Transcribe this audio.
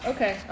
Okay